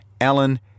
Alan